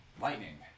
lightning